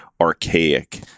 archaic